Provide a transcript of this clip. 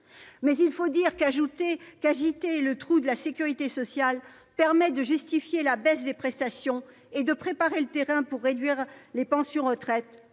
le spectre du « trou de la sécurité sociale » permet de justifier la baisse des prestations et de préparer le terrain pour réduire les pensions de retraite